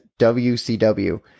WCW